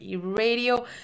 Radio